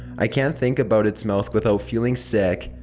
i can't think about it's mouth without feeling sick.